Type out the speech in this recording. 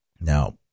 Now